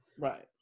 Right